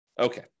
Okay